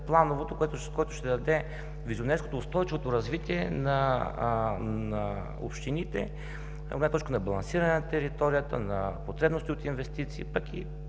плановото, ще даде визионерското, устойчивото развитие на общините от гледна точка на балансиране на територията, на потребностите от инвестиции, пък и